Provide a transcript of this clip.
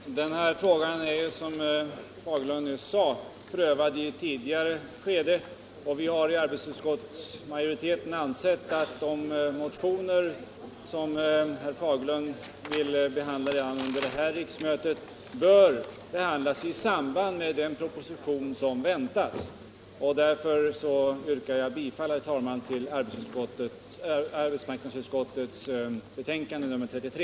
Herr talman! Den här frågan är, som herr Fagerlund nyss sade, prövad i ett tidigare skede. Majoriteten inom arbetsmarknadsutskottet har ansett att de motioner som herr Fagerlund vill behandla redan under det här riksmötet bör behandlas i samband med den proposition som väntas. Jag ber att få yrka bifall till arbetsmarknadsutskottets betänkande nr 33.